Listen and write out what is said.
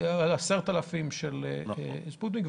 10,000 של ספוטניק,